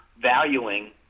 valuing